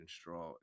straw